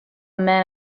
men